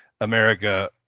America